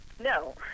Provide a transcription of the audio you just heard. No